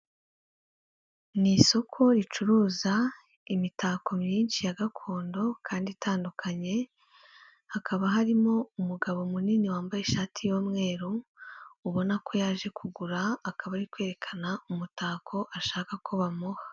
Ni isoko ricuruza imitako myinshi ya gakondo kandi itandukanye, hakaba harimo umugabo munini wambaye ishati y'umweru ubona ko yaje kugura, akaba ari kwerekana umutako ashaka ko bamuha.